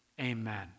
amen